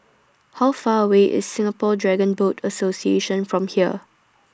How Far away IS Singapore Dragon Boat Association from here